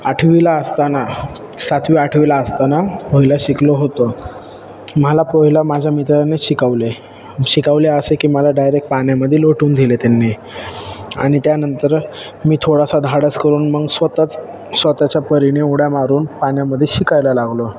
आठवीला असताना सातवी आठवीला असताना पोहायला शिकलो होतो मला पोहायला माझ्या मित्रानेच शिकवले शिकवले असे की मला डायरेक्ट पाण्यामधे लोटून दिले त्यांनी आणि त्यानंतर मी थोडासा धाडस करून मग स्वतःच स्वतःच्या परीने उड्या मारून पाण्यामध्ये शिकायला लागलो